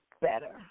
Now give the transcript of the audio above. better